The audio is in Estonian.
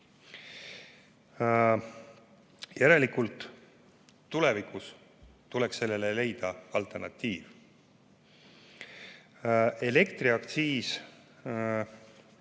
Järelikult tulevikus tuleb leida sellele alternatiiv. Elektriaktsiis